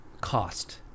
cost